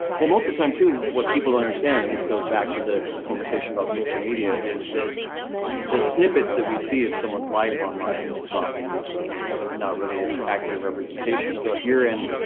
well most of the time too, what people don't understand, and this goes back to the conversation about social media, is that the snippets that we see of someone's life online is often not really an accurate representation. so if you're in